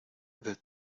the